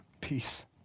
peace